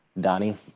Donnie